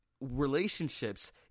relationships